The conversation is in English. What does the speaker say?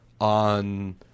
on